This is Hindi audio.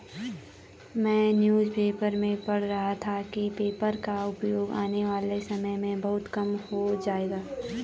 मैं न्यूज़ पेपर में पढ़ रहा था कि पेपर का उपयोग आने वाले समय में बहुत कम हो जाएगा